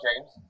James